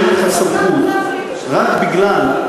שאין לך סמכות רק בגלל,